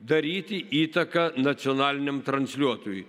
daryti įtaką nacionaliniam transliuotojui